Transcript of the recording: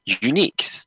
unique